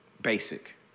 basic